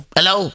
Hello